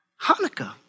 Hanukkah